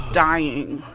dying